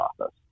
office